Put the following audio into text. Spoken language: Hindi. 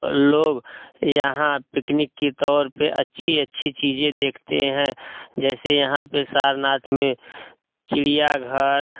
लोग यहाँ पिकनिक के तौर पर अच्छी अच्छी चीज़ें देखते हैं जैसे यहाँ पर सारनाथ में चिड़ियाघर